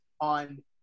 on